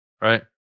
Right